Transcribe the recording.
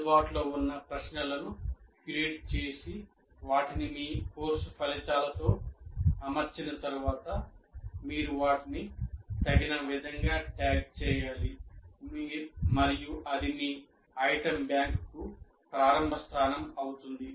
అందుబాటులో ఉన్న ప్రశ్నలను క్యూరేట్ చేసి వాటిని మీ కోర్సు ఫలితాలతో అమర్చిన తరువాత మీరు వాటిని తగిన విధంగా ట్యాగ్ చేయాలి మరియు అది మీ ఐటెమ్ బ్యాంక్కు ప్రారంభ స్థానం అవుతుంది